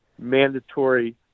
mandatory